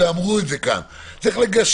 צרי ליצור לו גשר,